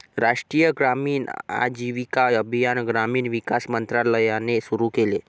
राष्ट्रीय ग्रामीण आजीविका अभियान ग्रामीण विकास मंत्रालयाने सुरू केले